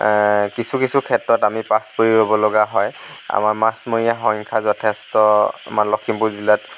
কিছু কিছু ক্ষেত্ৰত আমি পাছ পৰি ৰ'ব লগা হয় আমাৰ মাছমৰীয়া সংখ্যা যথেষ্ট আমাৰ লখিমপুৰ জিলাত